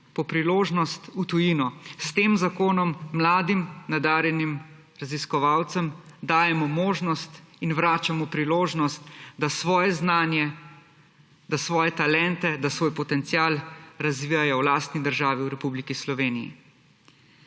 po priložnost v tujino. S tem zakonom mladim nadarjenim raziskovalcem dajemo možnost in vračamo priložnost, da svoje znanje, da svoje talente, da svoj potencial razvijajo v lastni državi, v Republiki Sloveniji.